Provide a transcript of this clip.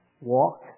walk